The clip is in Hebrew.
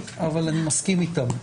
אבל אני מסכים איתם,